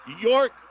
York